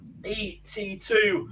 et2